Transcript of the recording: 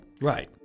Right